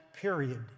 period